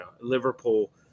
Liverpool